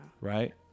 Right